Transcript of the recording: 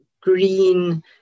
green